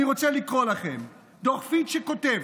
אני רוצה לקרוא לכם, בדוח פיץ' כתוב: